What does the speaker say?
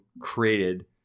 created